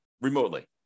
remotely